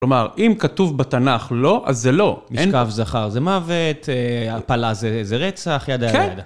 כלומר, אם כתוב בתנ״ך לא, אז זה לא. משקף זכר זה מוות, הפלה זה רצח, ידע ידע